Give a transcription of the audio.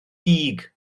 dug